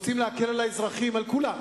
רוצים להקל על האזרחים, על כולם,